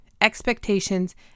Expectations